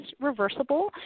reversible